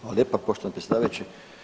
Hvala lijepa poštovani predsjedavajući.